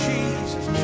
Jesus